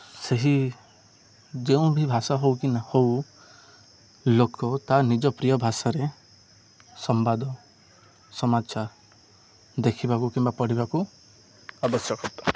ସେହି ଯେଉଁ ବି ଭାଷା ହଉ କି ନା ହଉ ଲୋକ ତା' ନିଜ ପ୍ରିୟ ଭାଷାରେ ସମ୍ବାଦ ସମାଚାର ଦେଖିବାକୁ କିମ୍ବା ପଢ଼ିବାକୁ ଆବଶ୍ୟକତା